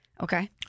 okay